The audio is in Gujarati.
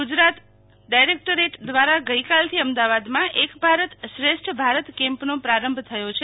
ગુજરાત ડાઈરેક્ટોરેટ દ્વારા આજથી અમદાવાદમાં એક ભારત શ્રેષ્ઠ ભારત કેમ્પનો પ્રારંભ થયો છે